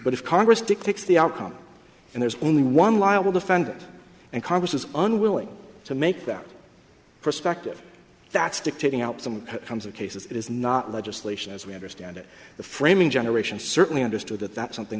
but if congress dictates the outcome and there's only one liable defendant and congress is unwilling to make that perspective that's dictating out some kinds of cases it is not legislation as we understand it the framing generation certainly understood that that something